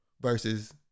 versus